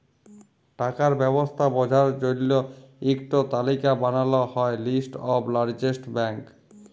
টাকার ব্যবস্থা বঝার জল্য ইক টো তালিকা বানাল হ্যয় লিস্ট অফ লার্জেস্ট ব্যাঙ্ক